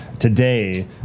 Today